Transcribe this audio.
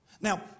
Now